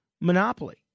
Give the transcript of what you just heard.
monopoly